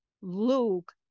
Luke